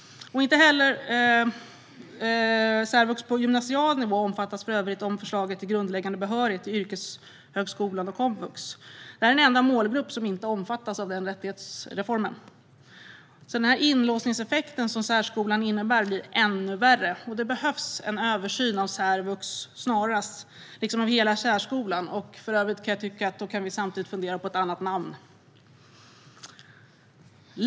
Inte heller särvux på gymnasial nivå omfattas av förslaget om grundläggande behörighet till yrkeshögskolan och komvux. Det är den enda målgrupp som inte omfattas av den rättighetsreformen. Den inlåsningseffekt som särskolan innebär blir ännu värre. Det behövs en översyn av särvux snarast liksom av hela särskolan. För övrigt kan jag tycka att vi då kan fundera över ett annat namn.